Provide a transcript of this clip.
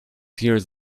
hears